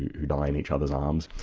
who die in each other's arms.